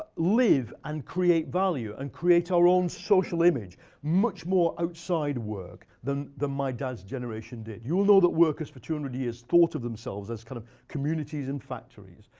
live and create value and create our own social image much more outside work than my dad's generation did. you all know that workers for two hundred years thought of themselves as kind of communities and factories.